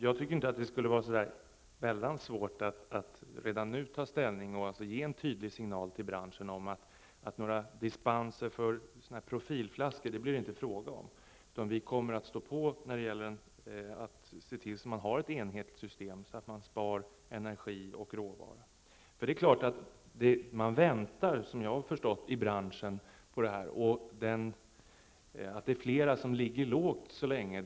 Jag tycker inte att det skulle vara så väldigt svårt att redan nu ta ställning och ge en tydlig signal till branschen om att det inte blir fråga om några dispenser för s.k. profilflaskor, utan att vi kommer att stå på oss för att se till att vi får ett enhetligt system så att vi på det sättet sparar energi och råvara. Efter vad jag har förstått väntar man i branschen på beslutet, och många ligger lågt än så länge.